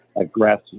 aggressive